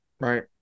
Right